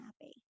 happy